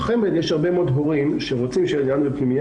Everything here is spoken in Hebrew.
בחמ"ד יש הרבה מאוד הורים שרוצים פנימייה,